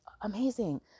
amazing